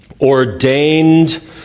ordained